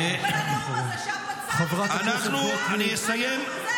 ולנאום הזה שהפצ"רית --- אני אסיים.